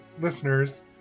listeners